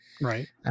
Right